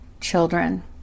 children